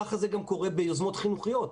כך זה גם קורה ביוזמות חינוכיות.